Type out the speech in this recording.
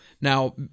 Now